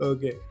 Okay